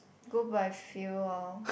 go by feel loh